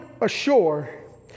ashore